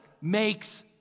makes